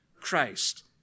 Christ